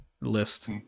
list